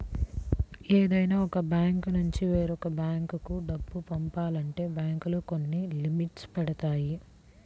ఏదైనా ఒక బ్యాంకునుంచి వేరొక బ్యేంకు డబ్బు పంపాలంటే బ్యేంకులు కొన్ని లిమిట్స్ పెడతాయి